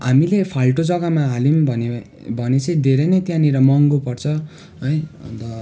हामीले फाल्टो जग्गामा हालौँ भने भने चाहिँ धेरै नै त्यहाँनिर महँगो पर्छ है अन्त